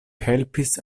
helpis